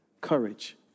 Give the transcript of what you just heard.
courage